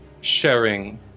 sharing